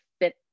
fit